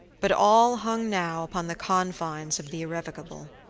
but all hung now upon the confines of the irrevocable.